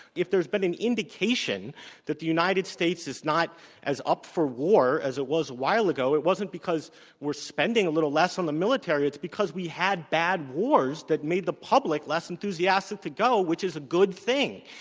if there's been any indication that the united states is not as up for war as it was a while ago, it wasn't because we're spending a little less on the military, it's because we had bad wars that made the public less enthusiastic to go, which is a good thing.